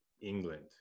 England